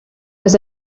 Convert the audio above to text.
was